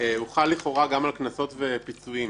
חל גם על קנסות ופיצויים.